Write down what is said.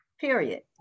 period